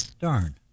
darn